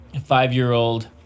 five-year-old